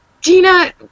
Gina